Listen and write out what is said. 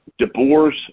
DeBoer's